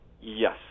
Yes